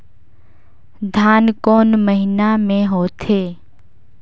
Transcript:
धान कोन महीना मे होथे?